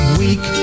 weak